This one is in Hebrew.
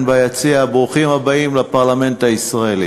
ביציע ברוכים הבאים לפרלמנט הישראלי.